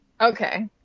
Okay